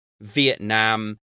Vietnam